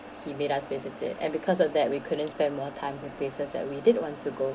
he made us visit it and because of that we couldn't spend more times in places that we did want to go